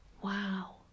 Wow